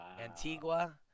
Antigua